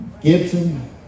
Gibson